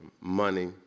money